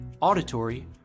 auditory